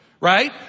Right